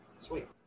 sweet